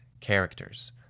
characters